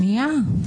שנייה.